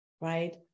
right